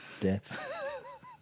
death